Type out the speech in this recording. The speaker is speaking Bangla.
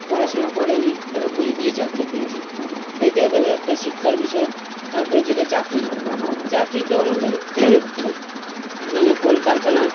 পড়াশোনা করেনি তারা ঘুষ দিয়ে চাকরি পেয়েছে এইটা গেল একটা শিক্ষার বিষয় তারপরে যেটা চাকরি চাকরিতেও আমাদের এখানে কলকারখানা